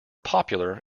popular